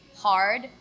hard